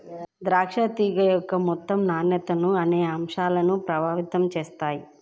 ద్రాక్ష తీగ యొక్క మొత్తం నాణ్యతను అనేక అంశాలు ప్రభావితం చేస్తాయి